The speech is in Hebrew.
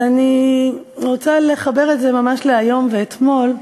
ואני רוצה לחבר את זה ממש להיום ואתמול.